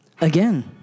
Again